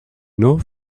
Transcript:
nor